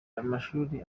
amashuri